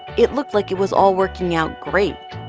it looked like it was all working out great.